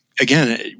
Again